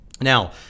Now